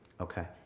Okay